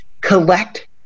collect